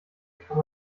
kann